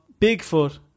Bigfoot